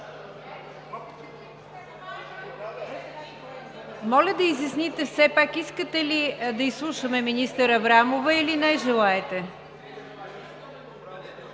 Моля да изясните все пак искате ли да изслушаме министър Аврамова, или не желаете?